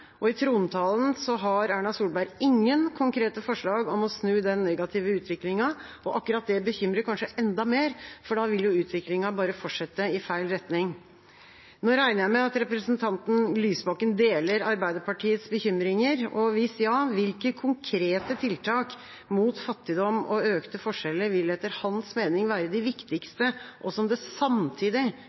høyreregjeringa. I trontalen har Erna Solberg ingen konkrete forslag om å snu den negative utviklingen, og akkurat det bekymrer kanskje enda mer, for da vil jo utviklingen bare fortsette i feil retning. Nå regner jeg med at representanten Lysbakken deler Arbeiderpartiets bekymringer, og hvis ja, hvilke konkrete tiltak mot fattigdom og økte forskjeller vil etter hans mening være de viktigste og som det samtidig